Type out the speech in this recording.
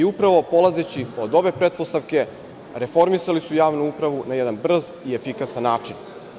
Upravo polazeći od ove pretpostavke, reformisali su javnu upravu na jedan brz i efikasan način.